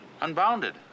Unbounded